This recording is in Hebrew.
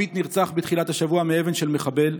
עמית נרצח בתחילת השבוע מאבן של מחבל.